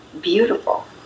beautiful